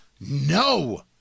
No